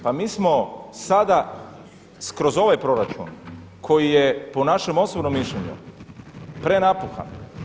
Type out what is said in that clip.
Pa mi smo sada kroz ovaj proračun koji je po našem osobnom mišljenju prenapuhan.